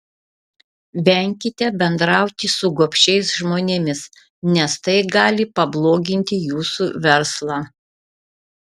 venkite bendrauti su gobšiais žmonėmis nes tai gali pabloginti jūsų verslą